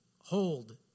hold